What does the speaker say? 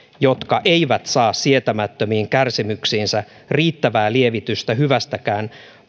jotka eivät saa sietämättömiin kärsimyksiinsä riittävää lievitystä hyvästäkään